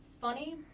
funny